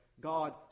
God